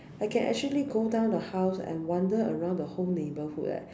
I can actually go down the house and wander around the whole neighbourhood leh